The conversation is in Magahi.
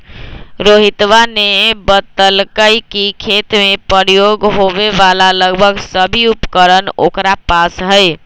रोहितवा ने बतल कई कि खेत में प्रयोग होवे वाला लगभग सभी उपकरण ओकरा पास हई